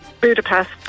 Budapest